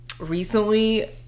recently